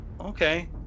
okay